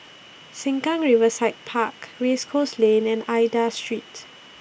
Sengkang Riverside Park Race Course Lane and Aida Street